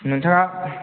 नोंथाङा